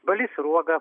balys sruoga